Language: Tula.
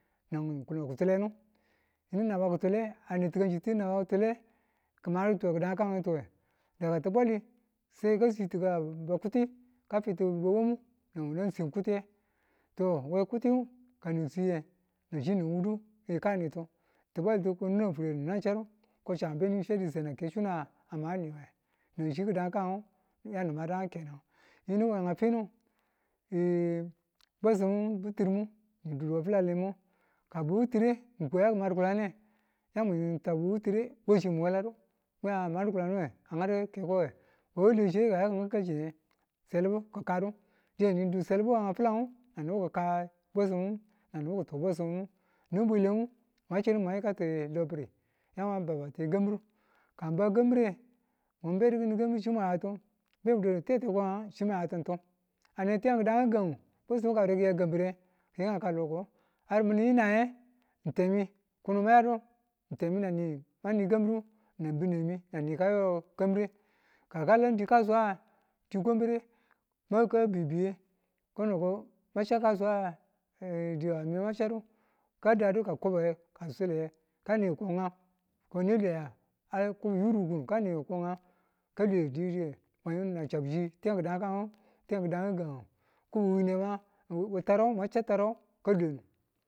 Nang kuli̱n ki̱tulenu yinu naba kitule ane ti̱ganchi ti na naba ki̱tule ki̱madu ki̱dankan tuwe nga ti̱bwali seka siti ka ba kuti ka fitu ba wamu nan wamu ka swun kutenge to we kutenge kani siye nanchi ni wudu kini kanitu tịbwalitu ko nina furodu ninang chaddu ko chambu beni fedi sanang ke sun amadu niwe nanshi ki̱dan kan ya nimadan kenan yinu wenga finu bwesi̱mu bi̱tịrimu ni dudu we ka bwe wuti̱re yaki ma di̱kulanne yamu tau bauti̱re wachi mu weladu mwi a madu dịkulanduwe a ngadu kekowe bawu a lweshiye ka yaku ngau kalchinge selibu ki kadu dine nidu selibu we nga fi̱lan ngu nan nibu ki̱ka bwesimu nan nibu ki̱to bwesimu yinu bwelenu mwan chiru mwa yikatu lobi̱ri yamwa baba te kambịru ka nba kambi̱re mu bedikinin kambi̱ru chimwa yatu be muba tete ko nga chimayatu ng tu anewe tiyan ki̱dan ngu ki̱kan ngu bwesi̱mu ka aya kambi̱re ki yikan ka loko mi̱n ng yi naye ng temi kono ma yadu temi nan ni mani kambiru nan bi̱nemi nan ni ka yo kambire ka kalan dii kasuwa dikwambire kabiyubiye kono ko ma chaudiyu mima chadu ka dadu ka kasuwa ka ka niyu ko ng nga kone lweya? a yurukun ko nga ka lwediwu diyang mwa yim ni̱n na chabbu shi tiyang ki̱dankan tiyan ki̱dang gi̱gan ngu win ne fa we mwa cha teron a lwenu.